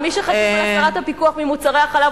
אבל מי שחתום על הסרת הפיקוח ממוצרי החלב